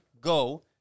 go